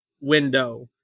window